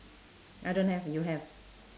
I don't have you have